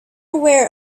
aware